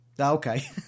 Okay